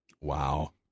Wow